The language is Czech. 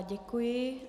Děkuji.